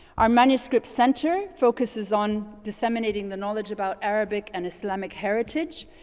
our manuscript center focuses on disseminating the knowledge about arabic and islamic heritage.